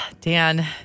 Dan